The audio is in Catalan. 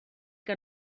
que